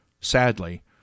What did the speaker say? Sadly